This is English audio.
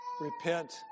Repent